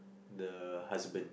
the husband